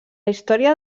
història